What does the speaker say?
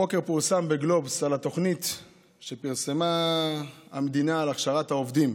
הבוקר פורסם בגלובס על התוכנית שפרסמה המדינה להכשרת עובדים.